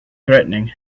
threatening